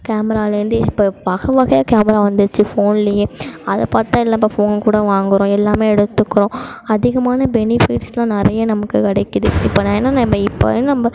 கேமராலேருந்து இப்போ வகை வகையாக கேமரா வந்துடுச்சு ஃபோன்லேயே அதை பாத்துதான் எல்லாம் இப்போ ஃபோன் கூட வாங்குறோம் எல்லாம் எடுத்துக்கிறோம் அதிகமான பெனிஃபிட்ஸ்லாம் நிறைய நமக்கு கிடைக்கிது இப்போ நான் என்ன நம்ம இப்பவே நம்ம